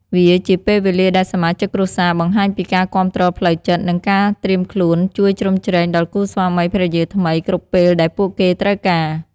វាជាពេលវេលាដែលសមាជិកគ្រួសារបង្ហាញពីការគាំទ្រផ្លូវចិត្ត និងការត្រៀមខ្លួនជួយជ្រោមជ្រែងដល់គូស្វាមីភរិយាថ្មីគ្រប់ពេលដែលពួកគេត្រូវការ។